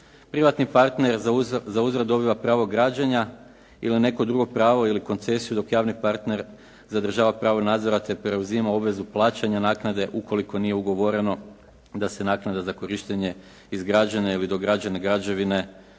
Privatni partner za uzvrat dobiva pravo građenja ili neko drugo pravo ili koncesiju dok javni partner zadržava pravo nadzora te preuzima obvezu plaćanja naknade ukoliko nije ugovoreno da se naknada za korištenje izgrađene ili dograđene građevine ili